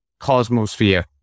cosmosphere